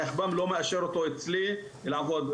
היחב"מ לא מאשר אותו אצלי לעבוד.